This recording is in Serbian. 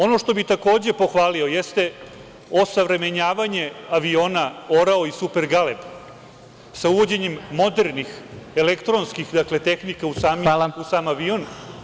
Ono što bih takođe pohvalio jeste osavremenjavanje aviona „Orao“ i „Super Galeb“, sa uvođenjem modernih, elektronskih tehnika u sam avion.